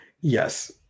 Yes